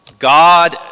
God